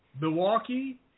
Milwaukee